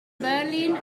berlin